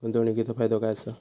गुंतवणीचो फायदो काय असा?